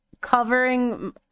covering